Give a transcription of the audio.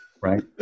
Right